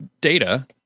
data